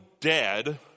dead